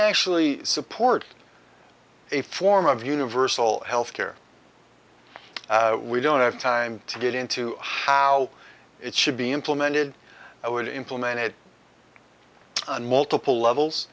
actually support a form of universal health care we don't have time to get into how it should be implemented i would implement it on multiple levels